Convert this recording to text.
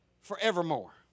forevermore